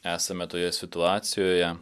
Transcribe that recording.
esame toje situacijoje